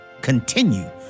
continue